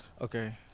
Okay